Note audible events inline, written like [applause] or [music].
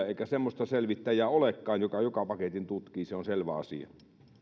[unintelligible] eikä semmoista selvittäjää olekaan joka jokaisen paketin tutkii se on selvä asia